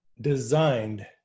designed